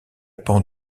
pan